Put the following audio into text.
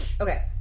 okay